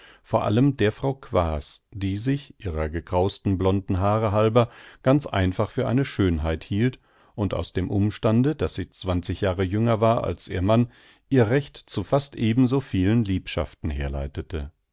vor allen der frau quaas die sich ihrer gekrausten blonden haare halber ganz einfach für eine schönheit hielt und aus dem umstande daß sie zwanzig jahre jünger war als ihr mann ihr recht zu fast eben so vielen liebschaften herleitete